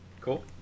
cool